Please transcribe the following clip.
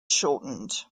shortened